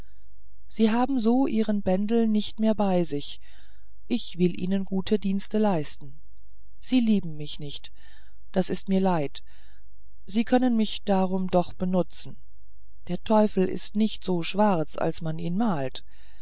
sie haben so ihren bendel nicht mehr bei sich ich will ihnen gute dienste leisten sie lieben mich nicht das ist mir leid sie können mich darum doch benutzen der teufel ist nicht so schwarz als man ihn malt